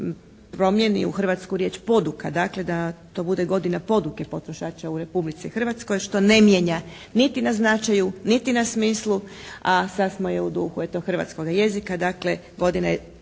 promijeni u hrvatsku riječ poduka. Dakle, da to bude godina poduke potrošača u Republici Hrvatskoj, što ne mijenja niti na značaju niti na smislu a sasma je u duhu eto hrvatskoga jezika. Godina